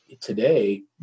today